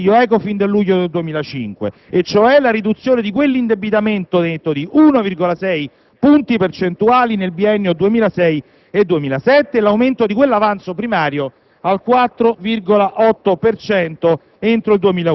renderà più sostenibile il risanamento indicato dal Consiglio ECOFIN del luglio 2005 e, cioè, la riduzione di quell'indebitamento netto di 1,6 punti percentuali nel biennio 2006-2007 e l'aumento di quell'avanzo primario